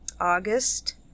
August